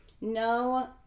no